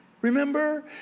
Remember